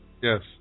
Yes